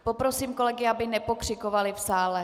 Poprosím kolegy, aby nepokřikovali v sále.